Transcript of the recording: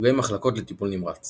סוגי מחלקות לטיפול נמרץ